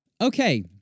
Okay